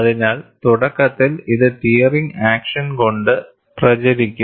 അതിനാൽ തുടക്കത്തിൽ ഇത് ടീയറിങ് ആക്ഷൻക്കൊണ്ട് പ്രചരിക്കും